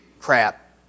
Crap